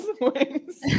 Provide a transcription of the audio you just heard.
wings